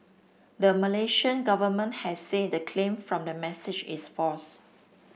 the Malaysian government has said the claim from the message is false